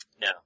No